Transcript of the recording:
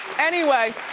anyway,